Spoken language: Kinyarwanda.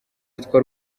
witwa